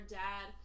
dad